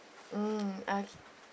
mm okay